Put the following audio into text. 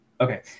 Okay